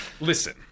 listen